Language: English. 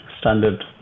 standard